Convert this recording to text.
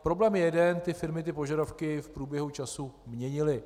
Problém je jeden: firmy ty požadavky v průběhu času měnily.